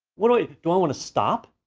but do i do i wanna stop?